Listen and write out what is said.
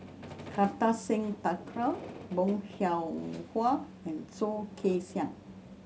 Kartar Singh Thakral Bong Hiong Hwa and Soh Kay Siang